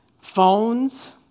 phones